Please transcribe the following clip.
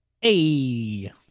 Hey